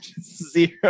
Zero